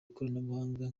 ikoranabuhanga